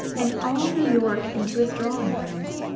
and all new york into his drawing-rooms,